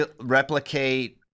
replicate